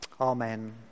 Amen